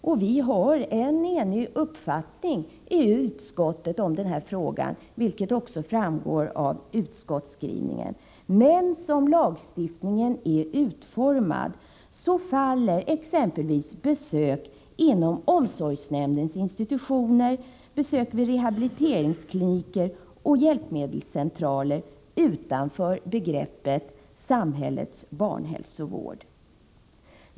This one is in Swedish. Utskottet har också en enig uppfattning om detta, vilket framgår av utskottets skrivning. Men som lagstiftningen är utformad faller besök inom omsorgsnämndens institutioner samt besök vid rehabiliteringskliniker och hjälpmedelscentraler utanför begreppet samhällets barnhälsovård.